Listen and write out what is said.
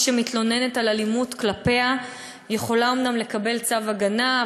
מי שמתלוננת על אלימות כלפיה יכולה אומנם לקבל צו הגנה,